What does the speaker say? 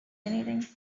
anything